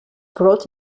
brot